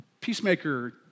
peacemaker